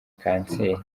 cancer